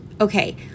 Okay